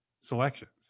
selections